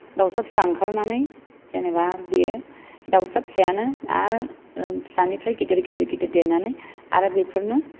दाउसा फिसा ओंखारनानै जेनेबा बेयो दाउसा फिसायानो आरो फिसानिफ्राय गिदिर गिदिर देरनानै आरो बेफोरनो